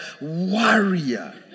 warrior